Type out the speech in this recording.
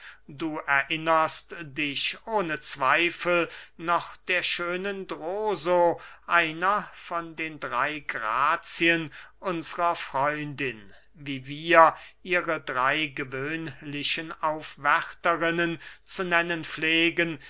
du erinnerst dich ohne zweifel noch der schönen droso einer von den drey grazien unsrer freundin wie wir ihre drey gewöhnlichen aufwärterinnen zu nennen pflegen